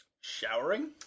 Showering